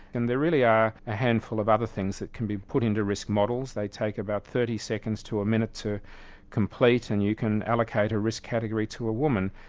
and there really are a handful of other things that can be put into risk models. they take about thirty seconds to a minute to complete and you can allocate a risk category to a woman.